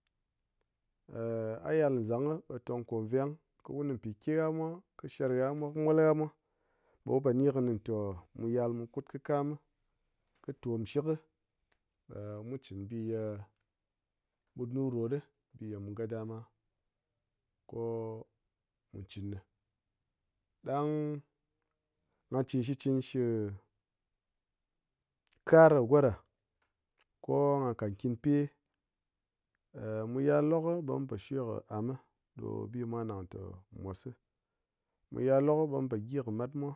A yal nzang ɓe tong ko veng ko wun kɨ mpìke gha mwa, kɨ sher gha mwa, kɨ mol gha mwa ɓe wu pò ni kɨnɨ ntè mu yal mu kut kɨ kam mi, kɨ tòm nshɨk, ɓe mu cɨn bi yè ɓut nu rot ɗi, bi ye mu gadama ko mu cɨn nɨ. Ɗang nga cɨn shitcɨn shɨ kar kɨ go ɗa, ko nga kat kɨnpe. Mu yal lok ɓe mu po shwe kɨ am, ɗò bi mwa nang te mosɨ. Mu yal lokɨ ɓe mu pò gyi kɨ mat mwa,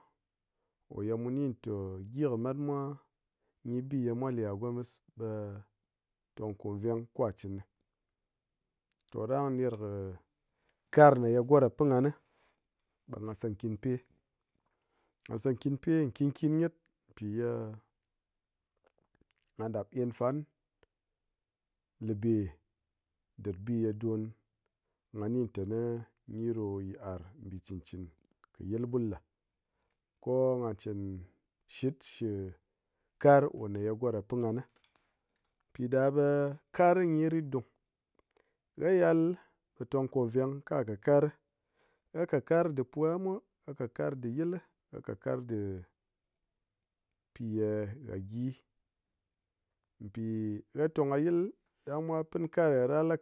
kò ye mu ni tè gyi kɨ mat mwa nyi ɓi ye mwa lè gha gomis ɓe tong ko veng kwà cɨn nɨ. To ɗang ner kɨ kar nè ye go ɗa pin ngan nɨ ɓe nga se nkìnpe. Nga se nkinpe pe nkìn-kin nyet. Mpì yè nga ɗap ēn fan lē bē ɗir bi ye don nga ni teni nyi ɗo yit'ar mbì cɨn-cɨn kɨ yɨl ɓul ɗa, ko nga cɨn shit shɨ kar ko ye go ɗa pin ngan nɨ. Mpì ɗa ɓe kar nyi ritdung. Gha yal ɓe tong ko nveng ka kat karɨ. Gha ka kar di pu gha mwa, gha ka karɨ dɨ yɨl lɨ, gha ka kar dɨ pì yè gha gyi. Mpì gha tong ka yɨl ɗang mwa pin kar gha ɗang gha la.